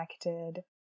connected